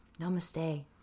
namaste